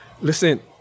Listen